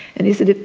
and he said,